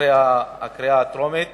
אחרי הקריאה הטרומית,